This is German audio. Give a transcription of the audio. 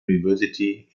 university